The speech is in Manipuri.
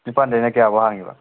ꯅꯤꯄꯥꯟꯗꯩꯅ ꯀꯌꯥꯕꯣꯛ ꯍꯥꯡꯉꯤꯕ